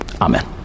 Amen